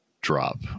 drop